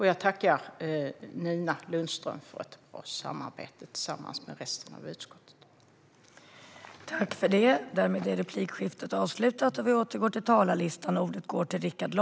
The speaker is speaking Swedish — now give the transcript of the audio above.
Jag tackar Nina Lundström, tillsammans med resten av utskottet, för ett bra samarbete.